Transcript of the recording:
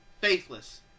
faithless